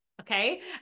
okay